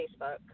Facebook